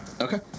Okay